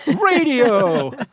Radio